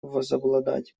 возобладать